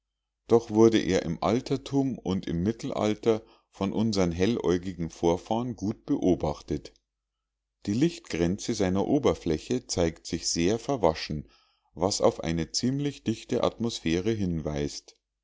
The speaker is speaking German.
doch wurde er im altertum und im mittelalter von unsern helläugigen vorfahren gut beobachtet die lichtgrenze seiner oberfläche zeigt sich sehr verwaschen was auf eine ziemlich dichte atmosphäre hinweist